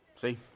See